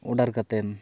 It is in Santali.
ᱚᱰᱟᱨ ᱠᱟᱛᱮᱫ